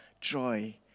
joy